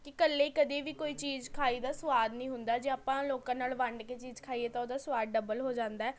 ਕਿ ਇਕੱਲੇ ਕਦੇ ਵੀ ਕੋਈ ਚੀਜ਼ ਖਾਈ ਦਾ ਸਵਾਦ ਨਹੀਂ ਹੁੰਦਾ ਜੇ ਆਪਾਂ ਲੋਕਾਂ ਨਾਲ ਵੰਡ ਕੇ ਚੀਜ਼ ਖਾਈਏ ਤਾਂ ਓਹਦਾ ਸਵਾਦ ਡਬਲ ਹੋ ਜਾਂਦਾ ਹੈ